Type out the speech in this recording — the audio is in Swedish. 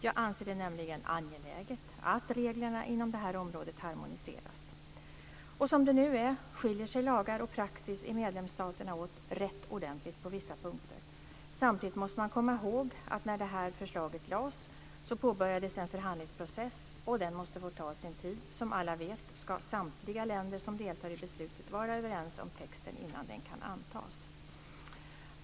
Jag anser det nämligen angeläget att reglerna inom det här området harmoniseras. Som det nu är, skiljer sig lagar och praxis i medlemsstaterna åt rätt ordentligt på vissa punkter. Samtidigt måste man komma ihåg att när det här förslaget lades påbörjades en förhandlingsprocess, och den måste få ta sin tid. Som alla vet ska samtliga länder som deltar i beslutet vara överens om texten innan den kan antas.